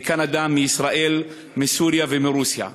מקנדה, מסוריה ומרוסיה.